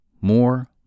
more